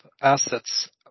assets